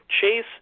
Chase